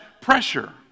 pressure